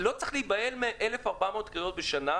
לא צריך להיבהל מ-1,400 קריאות בשנה,